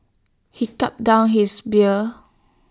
he gulped down his beer